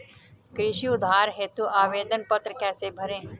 कृषि उधार हेतु आवेदन पत्र कैसे भरें?